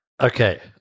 okay